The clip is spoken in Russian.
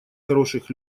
хороших